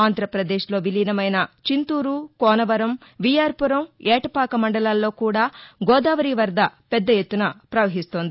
ఆంధ్రప్రదేశ్లో విలీనమైన చింతూరు కోనవరం విఆర్ పురం ఏటపాక మండలాల్లో కూడా గోదావరి వరద పెద్ద ఎత్తున పవహిస్తోంది